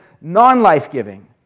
non-life-giving